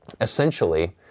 Essentially